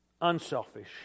unselfish